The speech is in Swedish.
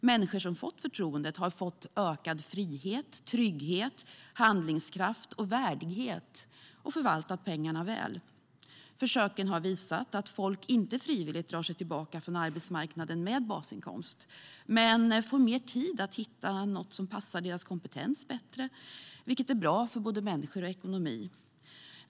Människor som fått förtroendet har fått ökad frihet, trygghet, handlingskraft och värdighet, och de har förvaltat pengarna väl. Försöken har visat att människor inte frivilligt drar sig tillbaka från arbetsmarknaden med basinkomst. Men de får mer tid att hitta något som passar deras kompetens bättre, vilket är bra för både människor och ekonomi.